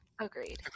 Agreed